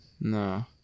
No